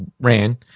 ran